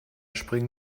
springen